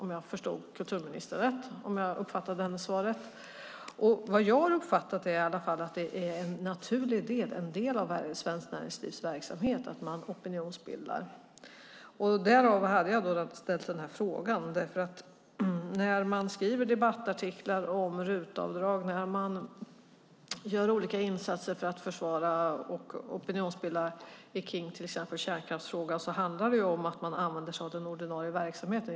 Vad jag har uppfattat är i alla fall att det är en naturlig del av Svenskt Näringslivs verksamhet att opinionsbilda. Därför ställde jag den här frågan, för när man skriver debattartiklar om RUT-avdrag och när man gör olika insatser för att försvara och opinionsbilda kring till exempel kärnkraftsfrågan så handlar det om att man använder sig av den ordinarie verksamheten.